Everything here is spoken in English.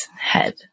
head